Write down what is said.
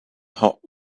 hot